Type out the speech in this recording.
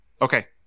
Okay